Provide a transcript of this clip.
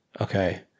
Okay